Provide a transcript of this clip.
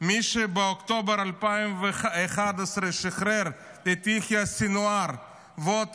מי שבאוקטובר 2011 שחרר את יחיא סנוואר ועוד